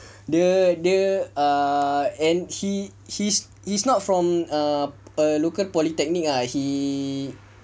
dia dia err and he he's he's not from a local polytechnic lah he